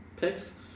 picks